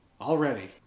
Already